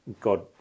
god